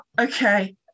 okay